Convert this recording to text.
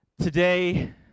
Today